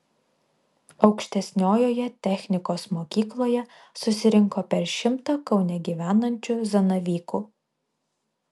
aukštesniojoje technikos mokykloje susirinko per šimtą kaune gyvenančių zanavykų